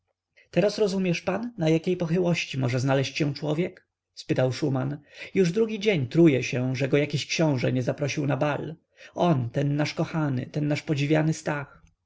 teraz rozumiesz pan na jakiej pochyłości może znaleść się człowiek spytał szuman już drugi dzień truje się że go jakiś książe nie zaprosił na bal on ten nasz kochany ten nasz podziwiany stach